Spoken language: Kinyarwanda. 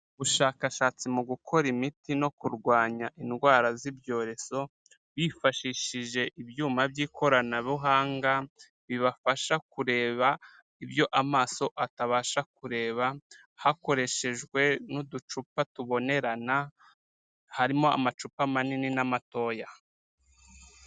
Ubushakashatsi mu gukora imiti no kurwanya indwara z'ibyorezo, bifashishije ibyuma by'ikoranabuhanga bibafasha kureba ibyo amaso atabasha kureba, hakoreshejwe n'uducupa tubonerana, harimo amacupa manini n'amatoya.